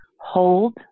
hold